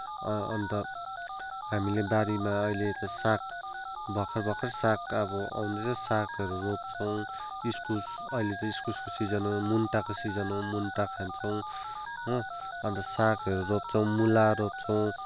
अन्त हामीले बारीमा अहिले त साग भर्खर भर्खर साग अब उम्रिएको छ सागहरू रोप्छौँ इस्कुस अहिले त इस्कुसको सिजन हो मुन्टाको सिजन हो मुन्टा खान्छौँ हो अन्त सागहरू रोप्छौँ मुला रोप्छौँ